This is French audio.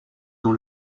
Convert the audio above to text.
dans